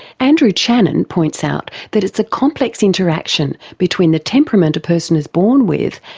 andrew channen points out that it's a complex interaction between the temperament a person is born with,